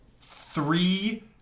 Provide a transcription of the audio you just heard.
three